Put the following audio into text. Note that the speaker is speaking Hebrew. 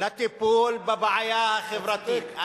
לטיפול בבעיה החברתית.